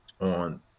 On